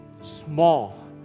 small